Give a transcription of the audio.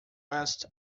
west